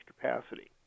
capacity